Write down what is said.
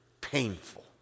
painful